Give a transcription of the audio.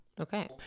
Okay